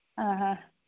ആ ഹാ